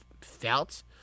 felt